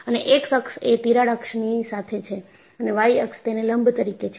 અને x અક્ષ એ તિરાડ અક્ષ ની સાથે છે અને y અક્ષ તેને લંબ તરીકે છે